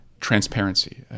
transparency